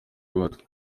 bato